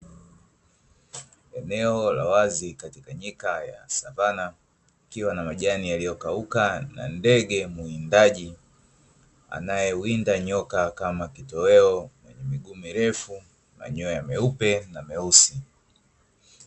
Eneo la wazi katika nyika la savana, ikiwa na majani yaliyokauka na ndege mwindaji anayewinda nyoka kama kitoweo, mwenye miguu mirefu, manyoya meupe na meusi.